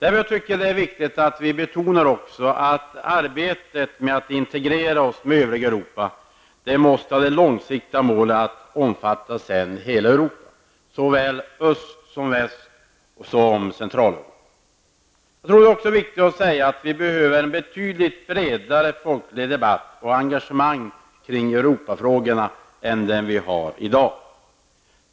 Jag tycker att det är viktigt att vi betonar att arbetet med att integrera oss med det övriga Europa måste ha det långsiktiga målet att integrationen skall omfatta hela Europa, såväl Öst och Väst som Jag tror också att det är viktigt att säga att vi behöver en betydligt bredare folklig debatt och ett bredare folkligt engagemang i Europafrågorna än vad vi har i dag.